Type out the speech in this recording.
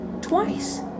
twice